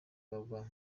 bagwa